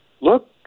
Look